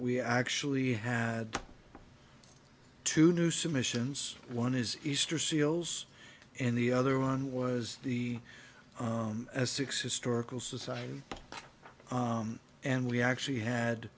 we actually had two new submissions one is easter seals and the other one was the six historical society and we actually had